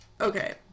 okay